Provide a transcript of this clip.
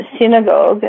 synagogue